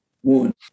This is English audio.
one